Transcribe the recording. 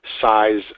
size